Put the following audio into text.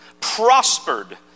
prospered